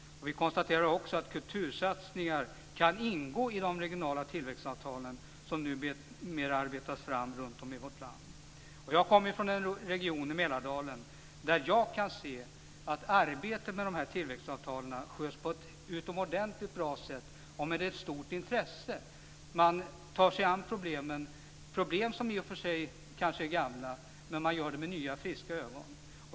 Vi konstaterar också att kultursatsningar kan ingå i de regionala tillväxtavtalen som numera arbetas fram runt om i vårt land. Jag kommer från en region i Mälardalen där jag kan se att arbetet med tillväxtavtalen sköts på ett utomordentlig bra sätt och med ett stort intresse. Man tar sig an problem som i och för sig kanske är gamla, men man gör det med nya friska ögon.